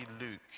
Luke